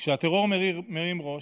כשהטרור מרים ראש,